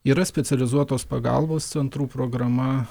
yra specializuotos pagalbos centrų programa